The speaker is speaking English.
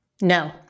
No